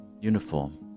uniform